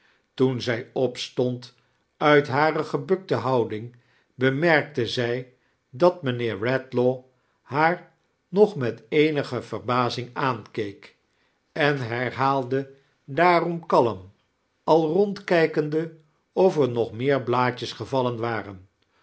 toen zij opstond uit hare gebukte houding bemerkte zij dat mijnheer redlaw haar nog met eenige verbazing aankeek en herhaalde daaroax kalm al rondkijkende of er nog meer blaadjes gevallen waren